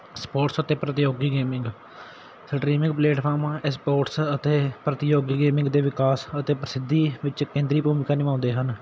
sports ਅਤੇ ਪ੍ਰਤੀਯੋਗੀ gaming streaming ਪਲੇਟਫਾਰਮਾਂ ਐ ਸਪੋਰਟਸ ਅਤੇ ਪ੍ਰਤੀਯੋਗੀ ਗੇਮਿੰਗ ਦੇ ਵਿਕਾਸ ਅਤੇ ਪ੍ਰਸਿੱਧੀ ਵਿੱਚ ਕੇਂਦਰੀ ਭੂਮਿਕਾ ਨਿਭਾਉਂਦੇ ਹਨ